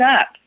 up